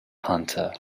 hunter